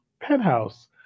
Penthouse